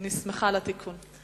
אני שמחה על התיקון.